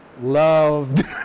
loved